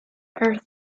her